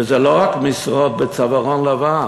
וזה לא רק משרות של צווארון לבן,